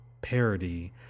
parody